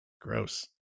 gross